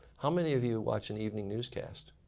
how many of you watch an evening newscast,